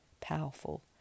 powerful